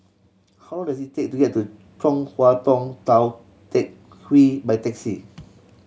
how long does it take to get to Chong Hua Tong Tou Teck Hwee by taxi